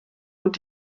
und